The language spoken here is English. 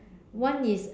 one is